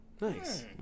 Nice